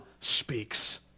speaks